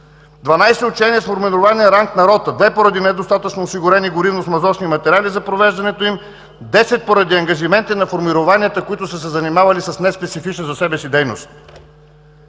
учения с формирования с ранг на рота – две поради недостатъчно осигурени горивно-смазочни материали за провеждането им, десет поради ангажименти на формированията, които са се занимавали с неспецифична за себе си дейност.